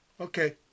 Okay